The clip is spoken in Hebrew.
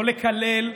לא לקלל,